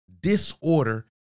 disorder